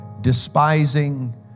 despising